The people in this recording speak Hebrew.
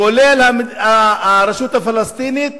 כולל הרשות הפלסטינית,